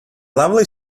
lovely